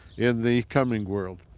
in the coming world.